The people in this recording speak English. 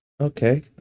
Okay